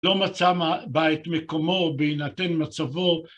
לא מצא בה את מקומו בהינתן מצבו